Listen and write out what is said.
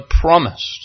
promised